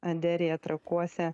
anderija trakuose